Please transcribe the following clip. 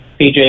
PJ